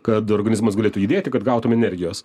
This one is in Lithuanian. kad organizmas galėtų judėti kad gautum energijos